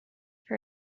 for